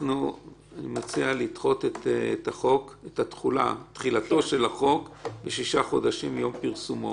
אנחנו נציע לדחות את תחילתו של החוק לשישה חודשים מיום פרסומו.